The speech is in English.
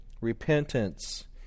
repentance